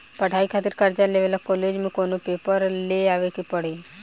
पढ़ाई खातिर कर्जा लेवे ला कॉलेज से कौन पेपर ले आवे के पड़ी?